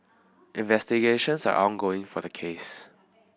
investigations are ongoing for the case